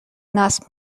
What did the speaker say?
نصب